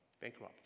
bankrupt